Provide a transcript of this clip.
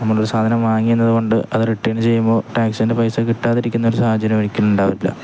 നമ്മളൊരു സാധനം വാങ്ങിക്കുന്നതുകൊണ്ട് അത് റിട്ടേൺ ചെയുമ്പോള് ടാക്സിൻ്റെ പൈസ കിട്ടാതിരിക്കുന്ന ഒരു സാഹചര്യം ഒരിക്കലുമുണ്ടാവില്ല